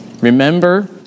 remember